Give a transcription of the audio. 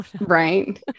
right